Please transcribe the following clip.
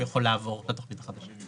הוא יכול לעבור לתכנית החדשה.